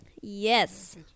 yes